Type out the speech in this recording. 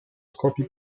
scopi